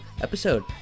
episode